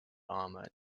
armor